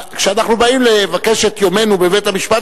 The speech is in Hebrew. כשאנחנו באים לבקש את יומנו בבית-המשפט,